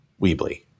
Weebly